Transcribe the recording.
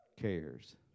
cares